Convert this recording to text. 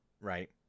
right